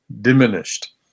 diminished